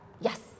Yes